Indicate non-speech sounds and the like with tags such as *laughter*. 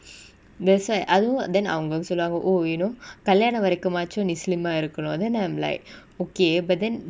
*breath* that's why அதுவு:athuvu then அவங்க வந்து சொல்லுவாங்க:avanga vanthu solluvanga oh you know *breath* கலியானோ வரைக்குமாச்சு நீ:kaliyano varaikumachu nee slim ah இருக்கனு:irukanu then I'm like okay but then